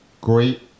great